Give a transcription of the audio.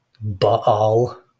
Baal